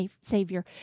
Savior